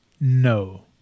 No